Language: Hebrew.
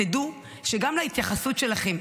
תדעו שגם להתייחסות שלכם,